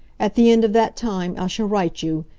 at the end of that time i shall write you,